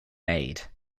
made